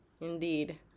indeed